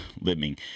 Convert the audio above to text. living